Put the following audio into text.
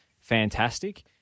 fantastic